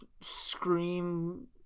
scream